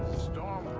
storm